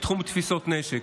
בתחום תפיסות נשק,